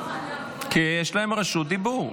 כי יש להם רשות דיבור.